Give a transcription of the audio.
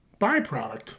byproduct